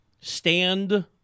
stand